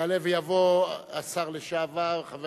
יעלה ויבוא השר לשעבר, חבר